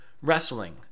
Wrestling